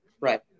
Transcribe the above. Right